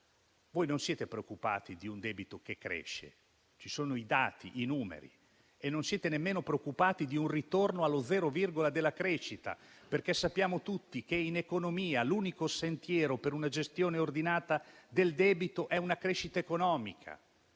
Voi non siete preoccupati di un debito che cresce, ma ci sono i dati, i numeri. E non siete nemmeno preoccupati di un ritorno allo zero virgola della crescita, perché sappiamo tutti che in economia l'unico sentiero per una gestione ordinata del debito è una crescita economica.